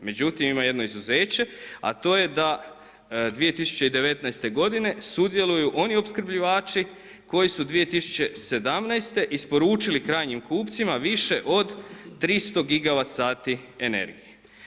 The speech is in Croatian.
Međutim ima jedno izuzeće a to je da 2019. sudjeluju oni opskrbljivači koji su 2017. isporučili krajnjim kupcima više od 300 gigawati energije.